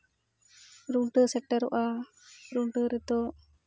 ᱨᱩᱸᱰᱟᱹ ᱥᱮᱴᱮᱨᱚᱜᱼᱟ ᱨᱩᱸᱰᱟᱹ ᱨᱮᱫᱚ